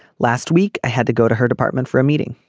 last week i had to go to her department for a meeting.